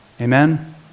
Amen